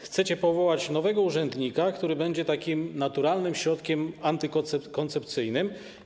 Chcecie powołać nowego urzędnika, który będzie takim naturalnym środkiem antykoncepcyjnym.